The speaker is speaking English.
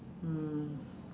mm